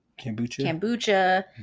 kombucha